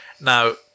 Now